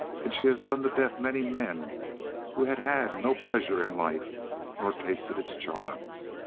and she has done to death many men who had had no pleasure in life nor tasted its charms.